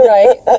Right